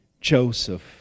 Joseph